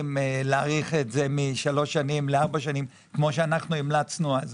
להאריך את זה משלוש שנים לארבע שנים כמו שהמלצנו אז,